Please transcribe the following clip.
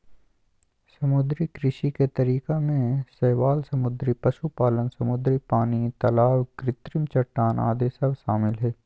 समुद्री कृषि के तरीका में शैवाल समुद्री पशुपालन, समुद्री पानी, तलाब कृत्रिम चट्टान आदि सब शामिल हइ